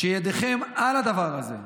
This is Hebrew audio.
ידיכם על הדבר הזה,